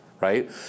Right